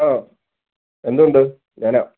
ഓ എന്തുണ്ട് ഞാനാ